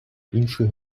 інших